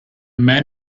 man